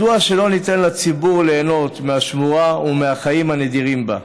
מדוע שלא ניתן לציבור ליהנות מהשמורה ומהחיים הנדירים בה?